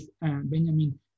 Benjamin